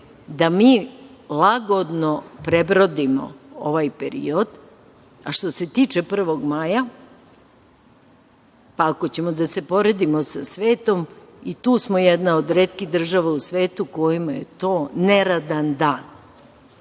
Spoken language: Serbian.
da mi lagodno prebrodimo ovaj period. Što se tiče 1. maja, pa ako ćemo da se poredimo sa svetom, i tu smo jedna od retkih država u svetu kojima je to neradan dan